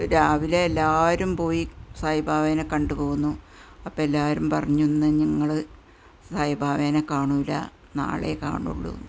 രാവിലെ എല്ലാവരും പോയി സായിബാബനെ കണ്ടു പോന്നു അപ്പെല്ലാവരും പറഞ്ഞു ഇന്ന് നിങ്ങൾ സായി ബാബാനെ കാണില്ല നാളെയേ കാണുള്ളൂയെന്ന്